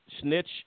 snitch